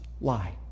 lie